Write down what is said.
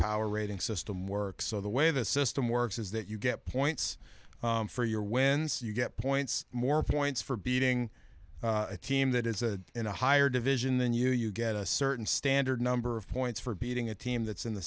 power rating system works so the way the system works is that you get points for your wins you get points more points for beating a team that is a in a higher division than you you get a certain standard number of points for beating a team that's in the